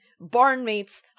Barnmates